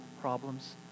problems